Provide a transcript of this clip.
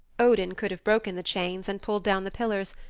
odin could have broken the chains and pulled down the pillars,